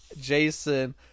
Jason